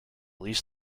least